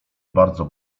bardzo